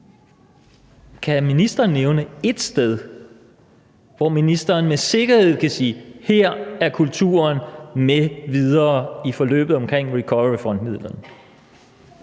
Kan ministeren nævne ét sted, hvor ministeren med sikkerhed kan sige: Her er kulturen med videre i forløbet vedrørende recovery fund-midlerne?